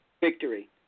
victory